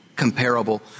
Comparable